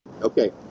Okay